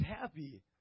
happy